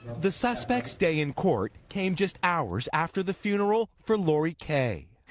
the suspect's day in court came just hours after the funeral for lori kaye.